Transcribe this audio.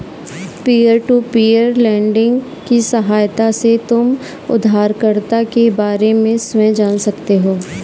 peer to peer lending की सहायता से तुम उधारकर्ता के बारे में स्वयं जान सकते हो